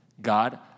god